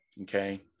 Okay